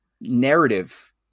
narrative